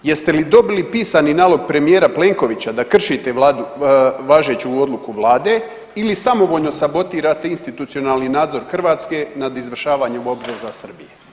Jeste li dobili pisani nalog premijera Plenkovića da kršite važeću odluku vlade ili samovoljno sabotirate institucionalni nadzor Hrvatske nad izvršavanjem obveza Srbije?